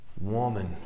woman